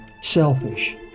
selfish